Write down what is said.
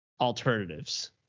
alternatives